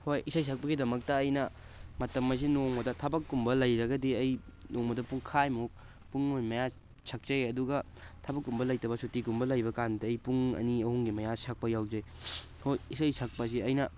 ꯍꯣꯏ ꯏꯁꯩ ꯁꯛꯄꯒꯤꯗꯃꯛꯇ ꯑꯩꯅ ꯃꯇꯝ ꯑꯁꯤ ꯅꯣꯡꯃꯗ ꯊꯕꯛ ꯀꯨꯝꯕ ꯂꯩꯔꯒꯗꯤ ꯑꯩ ꯅꯣꯡꯃꯗ ꯄꯨꯡꯈꯥꯏꯃꯨꯛ ꯄꯨꯡ ꯑꯃꯒꯤ ꯃꯌꯥ ꯁꯛꯆꯩ ꯑꯗꯨꯒ ꯊꯕꯛ ꯀꯨꯝꯕ ꯂꯩꯇꯕ ꯁꯨꯇꯤ ꯒꯨꯝꯕ ꯂꯩꯕ ꯀꯥꯟꯗꯗꯤ ꯑꯩ ꯄꯨꯡ ꯑꯅꯤ ꯑꯍꯨꯝꯒꯤ ꯃꯌꯥ ꯁꯛꯄ ꯌꯥꯎꯖꯩ ꯍꯣꯏ ꯏꯁꯩ ꯁꯛꯄꯁꯤ ꯑꯩꯅ